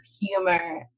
humor